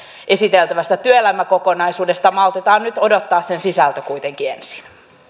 esiteltävästä työelämäkokonaisuudesta maltetaan nyt odottaa sen sisältö kuitenkin ensin